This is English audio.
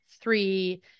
three